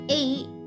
eight